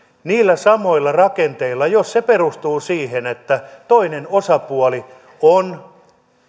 niillä samoilla rakenteilla jos se perustuu siihen että toinen osapuoli on